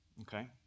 okay